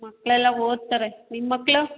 ಮಕ್ಳೆಲ್ಲಾ ಓದ್ತಾರೆ ನಿನ್ನ ಮಕ್ಳು